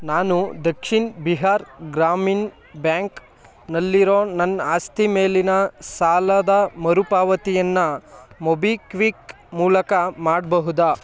ನಾನು ದಕ್ಷಿಣ್ ಬಿಹಾರ್ ಗ್ರಾಮೀಣ್ ಬ್ಯಾಂಕ್ ನಲ್ಲಿರೋ ನನ್ನ ಆಸ್ತಿ ಮೇಲಿನ ಸಾಲದ ಮರುಪಾವತಿಯನ್ನ ಮೊಬಿಕ್ವಿಕ್ ಮೂಲಕ ಮಾಡ್ಬಹುದಾ